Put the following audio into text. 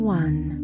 one